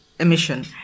emission